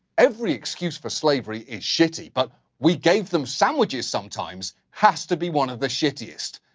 every excuse for slavery is shitty, but, we gave them sandwiches sometimes, has to be one of the shittiest.